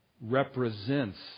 represents